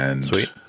Sweet